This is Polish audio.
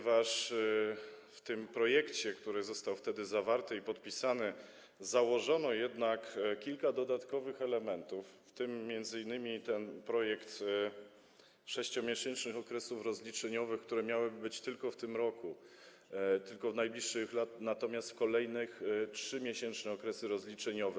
W tym projekcie, który został wtedy zawarty, podpisany, założono jednak kilka dodatkowych elementów, w tym m.in. ten projekt 6-miesięcznych okresów rozliczeniowych, które miałyby być tylko w tym roku, tylko w najbliższych latach, natomiast w kolejnych miały być 3-miesięczne okresy rozliczeniowe.